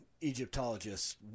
Egyptologists